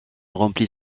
remplit